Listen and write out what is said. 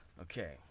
okay